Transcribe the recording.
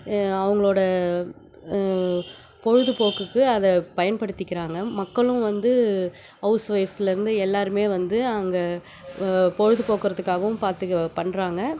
அவங்களோட பொழுதுபோக்குக்கு அதை பயன்படுத்திக்கிறாங்க மக்களும் வந்து ஹௌஸ்ஒய்ஃப்ஸ்லேருந்து எல்லோருமே வந்து அங்கே பொழுதுபோக்குறத்துக்காகவும் பார்த்துக்க பண்றாங்க